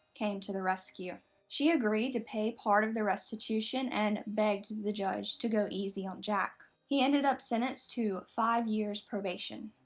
came to the rescue. she agreed to pay part of the restitution and begged the judge to go easy on jack. he ended up sentenced to five years probation.